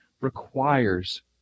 requires